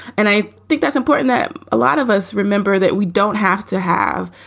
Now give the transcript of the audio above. and i think that's important that a lot of us remember that we don't have to have,